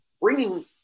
bringing